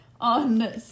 on